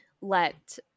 let